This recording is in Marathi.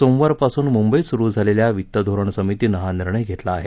सोमवारपासून मुंबईत सुरू झालेल्या वित्तधोरण समितीनं हा निर्णय घेतला आहे